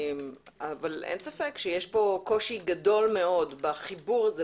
אבל אין ספק שיש פה קושי גדול מאוד בחיכוך הזה,